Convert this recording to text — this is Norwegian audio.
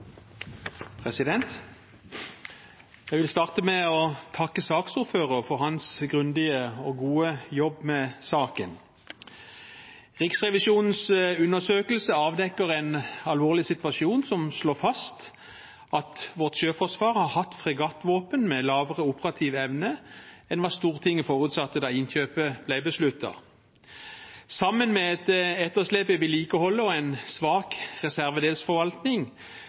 helikopterleveransen.» Jeg vil starte med å takke saksordføreren for hans grundige og gode jobb med saken. Riksrevisjonens undersøkelse avdekker en alvorlig situasjon og slår fast at vårt sjøforsvar har hatt fregattvåpen med lavere operativ evne enn hva Stortinget forutsatte da innkjøpet ble besluttet. Sammen med et etterslep i vedlikeholdet og en svak reservedelsforvaltning